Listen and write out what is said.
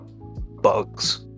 bugs